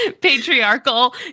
patriarchal